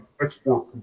export